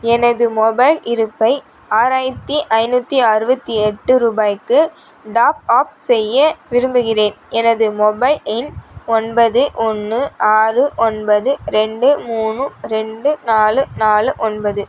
எனது மொபைல் இருப்பை ஆறாயிரத்தி ஐநூற்றி அறுபத்தி எட்டு ரூபாய்க்கு டாப் அப் செய்ய விரும்புகிறேன் எனது மொபைல் எண் ஒன்பது ஒன்று ஆறு ஒன்பது ரெண்டு மூணு ரெண்டு நாலு நாலு ஒன்பது